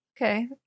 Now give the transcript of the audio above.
Okay